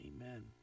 Amen